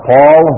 Paul